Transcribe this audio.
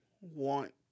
want